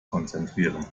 konzentrieren